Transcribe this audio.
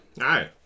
Hi